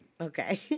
Okay